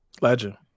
Legend